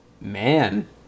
man